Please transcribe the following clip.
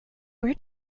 where